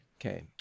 Okay